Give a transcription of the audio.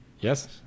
Yes